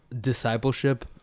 discipleship